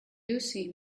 lucy